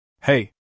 Hey